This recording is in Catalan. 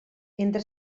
entre